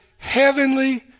Heavenly